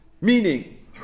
Meaning